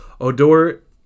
Odor